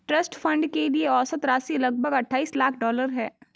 trust fund के लिए औसत राशि लगभग अट्ठाईस लाख डॉलर है